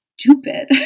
stupid